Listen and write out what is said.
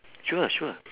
sure sure